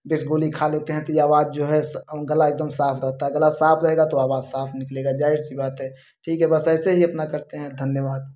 Vicks गोली खा लेते हैं तो ये आवाज़ जो है गला एकदम साफ रहता है गला साफ रहेगा तो आवाज़ साफ निकलेगा ज़ाहिर सी बात है ठीक है बस ऐसे ही अपना करते हैं धन्यवाद